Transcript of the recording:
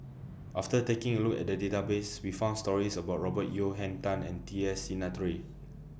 after taking A Look At The Database We found stories about Robert Yeo Henn Tan and T S Sinnathuray